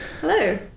Hello